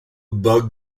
bug